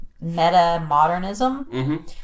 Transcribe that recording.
meta-modernism